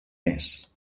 mes